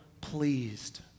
pleased